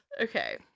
Okay